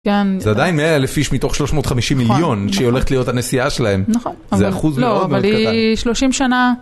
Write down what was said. -כן... -זה עדיין 100 אלף איש מתוך 350 מיליון -נכון -שהיא הולכת להיות הנשיאה שלהם... -נכון זה אחוז מאוד מאוד קטן. -אבל, לא, אבל היא... 30 שנה